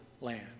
land